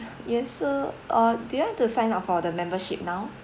yes so uh do you want to sign up for the membership now